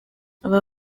aba